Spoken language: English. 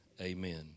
amen